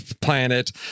planet